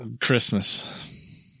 Christmas